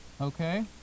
Okay